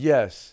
Yes